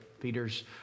Peter's